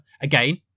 Again